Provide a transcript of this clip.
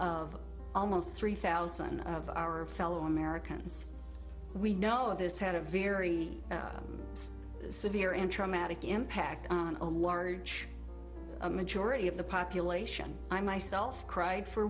of almost three thousand of our fellow americans we know this had a very severe and traumatic impact on a large majority of the population i myself cried for